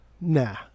nah